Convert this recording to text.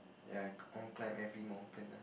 ya I I want climb every mountain